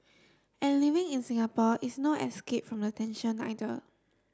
and living in Singapore is no escape from the tension either